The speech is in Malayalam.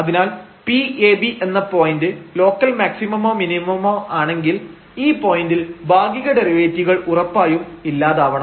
അതിനാൽ P ab എന്ന പോയന്റ് ലോക്കൽ മാക്സിമമോ മിനിമമോ ആണെങ്കിൽ ഈ പോയന്റിൽ ഭാഗിക ഡെറിവേറ്റീവുകൾ ഉറപ്പായും ഇല്ലാതാവണം